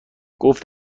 گفت